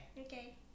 Okay